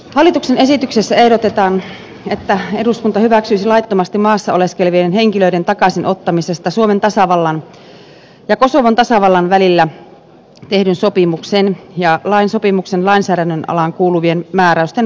hallituksen esityksessä ehdotetaan että eduskunta hyväksyisi laittomasti maassa oleskelevien henkilöiden takaisinottamisesta suomen tasavallan ja kosovon tasavallan välillä tehdyn sopimuksen ja lain sopimuksen lainsäädännön alaan kuuluvien määräysten voimaansaattamisesta